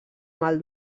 mal